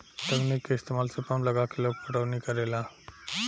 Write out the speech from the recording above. तकनीक के इस्तमाल से पंप लगा के लोग पटौनी करेला